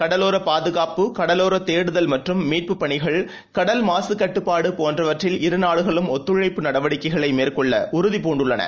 கடலோரபாதுகாப்பு கடலோரதேடுதல் மற்றும் மீட்பு பணிகள் கடல் மாசுகட்டுப்பாடுபோன்றவற்றில் இரு நாடுகளும் ஒத்துழைப்பு நடவடிக்கைகளைமேற்கொள்ளஉறுதி பூண்டுள்ளன